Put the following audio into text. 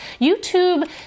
YouTube